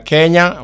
Kenya